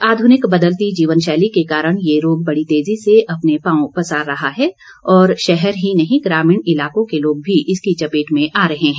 आध्रनिक बदलती जीवन शैली के कारण यह रोग बड़ी तेजी से अपने पांव पसार रहा है और शहरी ही नहीं ग्रामीण इलाकों के लोग मी इसकी चपेट में आ रहे हैं